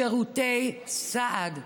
שירותי סעד.